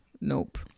nope